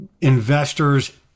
investors